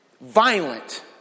violent